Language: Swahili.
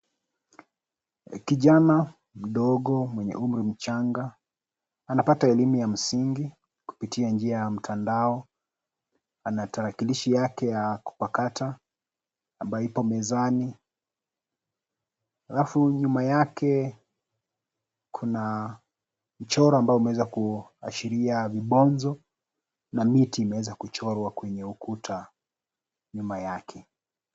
Kijana mdogo mwenye umri mchanga anapata elimu ya msingi kupitia njia ya mtandao. Ana tarakilishi yake ya kupakata ambayo ipo mezani. Alafu nyuma yake kuna mchoro ambao umeweza kuashiria vibonzo na miti imeweza kuchorwa kwenye ukuta nyuma yake.